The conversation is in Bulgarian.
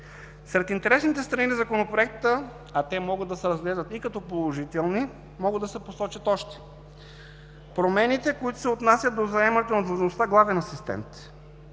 Сред интересните страни на Законопроекта, а те могат да се разглеждат и като положителни, могат да се посочат още промените, които се отнасят до заемането на длъжността „главен асистент“.